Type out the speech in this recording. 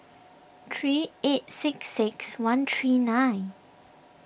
three eight six six one three nine